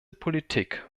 politik